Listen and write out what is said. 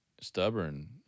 stubborn